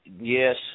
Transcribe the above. Yes